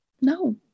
No